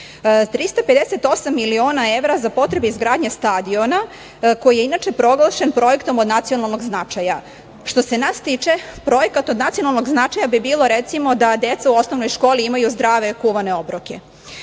miliona evra za potrebe izgradnje stadiona, koji je inače proglašen projektom od nacionalnog značaja. Što se nas tiče, projekat od nacionalnog značaja bi bilo da deca u osnovnoj školi imaju zdrave kuvane obroke.